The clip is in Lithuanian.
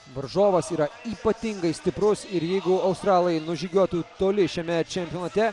varžovas yra ypatingai stiprus ir jeigu australai nužygiuotų toli šiame čempionate